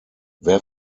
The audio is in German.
wer